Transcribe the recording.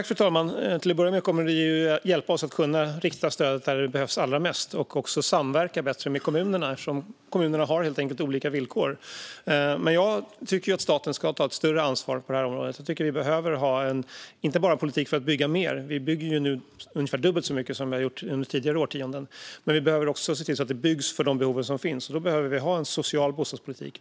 Fru talman! Det kommer att hjälpa oss att rikta stödet dit där det behövs allra mest. Vi kommer också att kunna samverka bättre med kommunerna eftersom kommunerna som sagt har olika villkor. Jag tycker att staten ska ta ett större ansvar på detta område. Visst behöver vi ha en politik för att bygga mer, och nu byggs det ungefär dubbelt så mycket som under tidigare årtionden. Men det behöver också byggas för de behov som finns, och då behöver vi ha en social bostadspolitik.